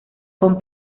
con